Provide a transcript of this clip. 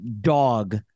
dog